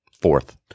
fourth